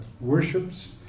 worships